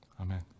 Amen